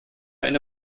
eine